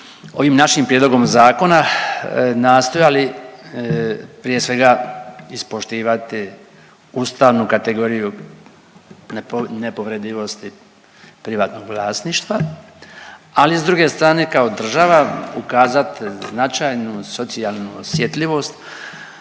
ovim našim prijedlogom zakona nastojali prije svega ispoštivati ustavnu kategoriju nepovredivosti privatnog vlasništva, ali s druge strane kao država ukazat značajnu socijalnu osjetljivost